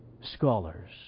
scholars